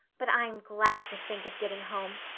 but i'm glad to think of getting home.